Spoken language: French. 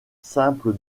simple